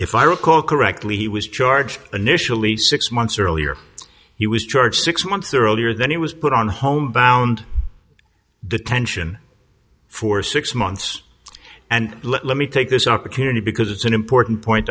if i recall correctly he was charged initially six months earlier he was charged six months earlier than he was put on homebound detention for six months and let me take this opportunity because it's an important point